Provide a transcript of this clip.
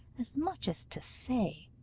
as much as to say,